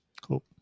Cool